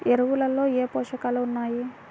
ఎరువులలో ఏ పోషకాలు ఉన్నాయి?